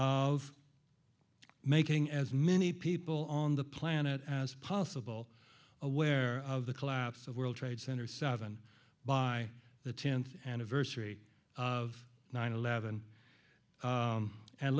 of making as many people on the planet as possible aware of the collapse of world trade center seven by the tenth anniversary of nine eleven